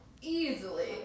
Easily